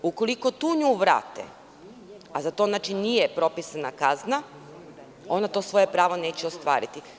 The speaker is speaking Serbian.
Ukoliko tu nju vrate, a za to nije propisana kazna, ona to svoje pravo neće ostvariti.